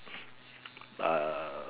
uh